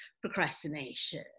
procrastination